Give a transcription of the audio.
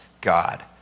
God